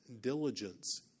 diligence